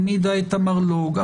העמידה את המרלו"ג,